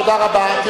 תודה רבה.